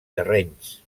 terrenys